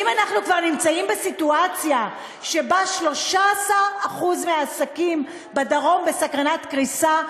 ואם אנחנו כבר נמצאים בסיטואציה שבה 13% מהעסקים בדרום בסכנת קריסה,